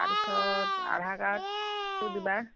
তাৰ পিছত আধাৰ কাৰ্ডটো দিবা